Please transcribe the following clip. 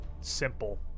simple